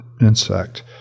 insect